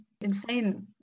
insane